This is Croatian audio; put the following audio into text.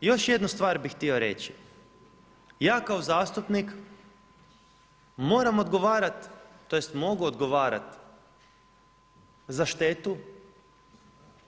Još jednu stvar bi htio reći, ja kao zastupnik moram odgovarati, tj. mogu odgovarati za štetu,